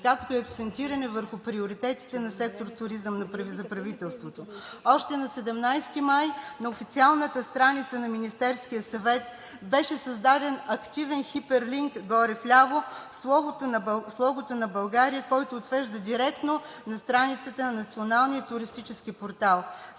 както и акцентиране върху приоритетите на сектор туризъм за правителството. Още на 17 май на официалната страница на Министерския съвет беше създаден активен хиперлинк – горе вляво, с логото на България, който отвежда директно на страницата на Националния туристически портал.